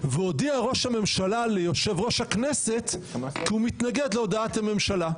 והודיע ראש הממשלה ליושב-ראש הכנסת כי הוא מתנגד להודעת הממשלה.